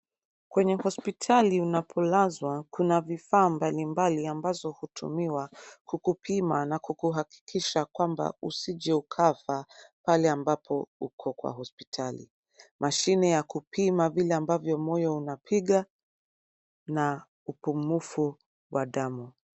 Kwenye hospitali unapolazwa, kuna vifaa mbali mbali ambazo hutumiwa kukupima na kukuakikisha kwamba usije ukafa pale ambapo uko kwa hospitali. Mashine ya kupima vile ambavyo moyo unapiga na upumufu wa damu.